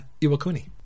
Iwakuni